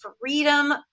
freedom